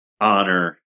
honor